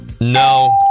No